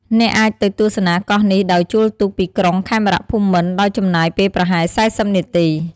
អ្នកអាចទៅទស្សនាកោះនេះដោយជួលទូកពីក្រុងខេមរភូមិន្ទ ដោយចំណាយពេលប្រហែល ៤០ នាទី។